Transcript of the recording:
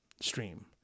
stream